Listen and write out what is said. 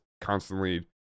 constantly